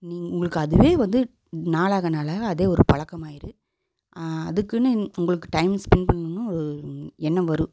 உங்களுக்கு அதுவே வந்து நாளாக நாளாக அதே ஒரு பழக்கமாயிடும் அதுக்குனு உங்களுக்கு டைம் ஸ்பென்ட் பண்ணும்னு ஒரு எண்ணம் வரும்